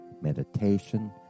meditation